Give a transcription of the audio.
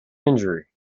injury